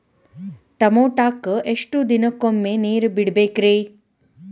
ಟಮೋಟಾಕ ಎಷ್ಟು ದಿನಕ್ಕೊಮ್ಮೆ ನೇರ ಬಿಡಬೇಕ್ರೇ?